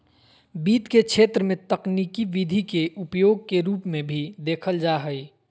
वित्त के क्षेत्र में तकनीकी विधि के उपयोग के रूप में भी देखल जा हइ